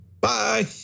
Bye